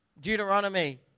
Deuteronomy